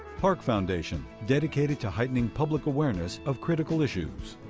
park foundation, dedicated to heightening public awareness of critical issues.